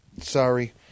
Sorry